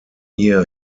year